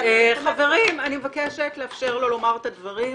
חברים, אני מבקשת לאפשר לו לומר את הדברים.